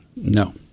No